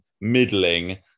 Middling